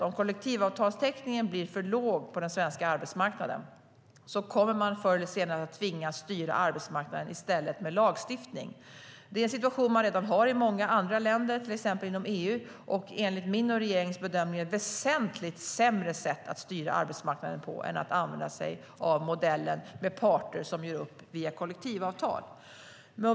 Om kollektivavtalstäckningen blir för låg på den svenska arbetsmarknaden kommer man förr eller senare att tvingas styra arbetsmarknaden med lagstiftning i stället. Det är en situation man redan har i många andra länder, till exempel inom EU. Enligt min och regeringens bedömning är det ett väsentligt sämre sätt att styra arbetsmarknaden på än att använda sig av modellen med parter som gör upp via kollektivavtal.